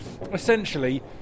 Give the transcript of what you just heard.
essentially